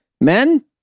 Men